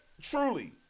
truly